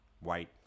white